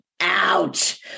Ouch